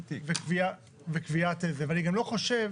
ואני גם לא חושב